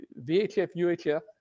VHF-UHF